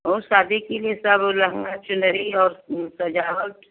और शदी के लिए सब वो लहँगा चुनरी और सजावट